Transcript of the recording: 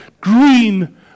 green